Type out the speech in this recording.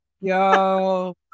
Yo